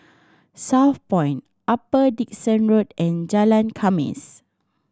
Southpoint Upper Dickson Road and Jalan Khamis